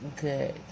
good